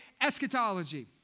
Eschatology